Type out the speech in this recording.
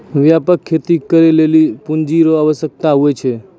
व्यापक खेती करै लेली पूँजी रो आवश्यकता हुवै छै